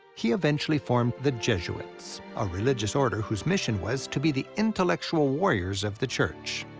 he eventually formed the jesuits, a religious order whose mission was to be the intellectual warriors of the church,